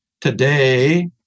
today